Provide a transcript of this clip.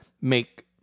make